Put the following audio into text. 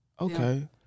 Okay